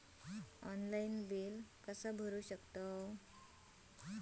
Online bill कसा करु शकतव?